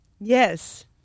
Yes